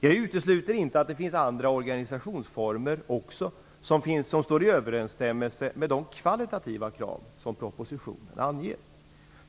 Jag utesluter inte att det finns också andra organisationsformer som står i överensstämmelse med de kvalitativa krav som propositionen anger.